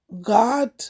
God